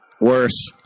Worse